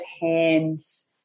hands